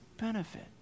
benefit